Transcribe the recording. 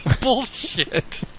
Bullshit